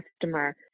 customer